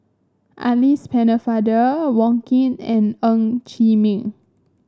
Alice Pennefather Wong Keen and Ng Chee Meng